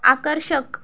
आकर्षक